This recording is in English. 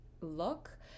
look